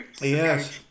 yes